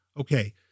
okay